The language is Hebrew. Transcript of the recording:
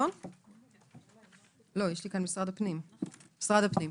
משרד הפנים,